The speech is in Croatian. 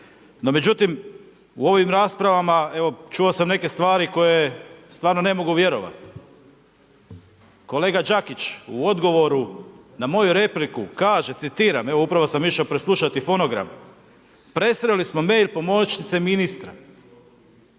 međutim, u ovim raspravama, evo čuo sam neke stvari koje stvarno ne mogu vjerovati. Kolega Đakić u odgovoru na moju repliku kaže, citiram, evo upravo sam išao preslušati fonogram, presreli smo mail pomoćnici ministara.